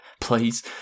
please